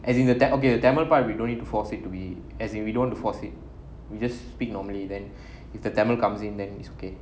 as in the ta~ okay the tamil part we don't need to force it to be as in we don't force it we just speak normally then if the tamil comes in then is okay